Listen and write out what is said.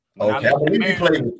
Okay